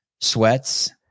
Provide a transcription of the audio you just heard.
sweats